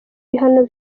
ibihano